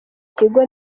kigo